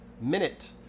minute